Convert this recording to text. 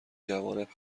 جوانب